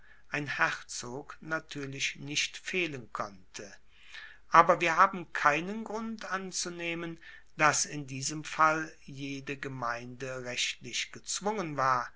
ein herzog natuerlich nicht fehlen konnte aber wir haben keinen grund anzunehmen dass in diesem fall jede gemeinde rechtlich gezwungen war